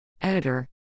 Editor